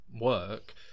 work